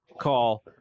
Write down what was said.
call